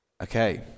Okay